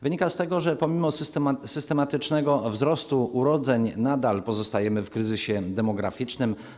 Wynika z tego, że pomimo systematycznego wzrostu urodzeń nadal pozostajemy w kryzysie demograficznym.